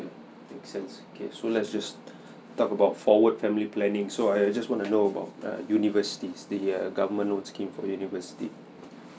make sense okay so let's just talk about forward family planning so I I just want to know about err university the err government loan scheme for university